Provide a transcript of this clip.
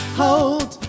hold